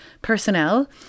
personnel